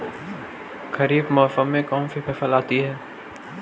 खरीफ मौसम में कौनसी फसल आती हैं?